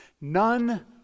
None